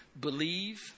Believe